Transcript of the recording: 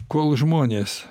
kol žmonės